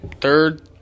third